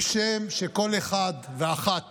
כשם שכל אחד ואחת